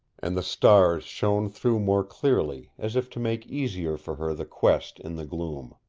and the stars shone through more clearly, as if to make easier for her the quest in the gloom.